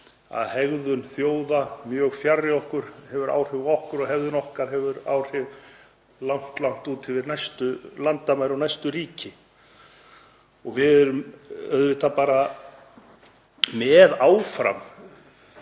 að hegðun þjóða mjög fjarri okkur hefur áhrif á okkur og hegðun okkar hefur áhrif langt út yfir næstu landamæri og næstu ríki. Við erum auðvitað áfram með þessi